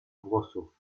włosów